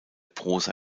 prosa